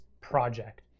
project